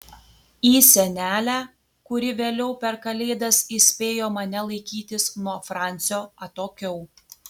į senelę kuri vėliau per kalėdas įspėjo mane laikytis nuo francio atokiau